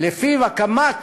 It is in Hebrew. שלפיו הקמת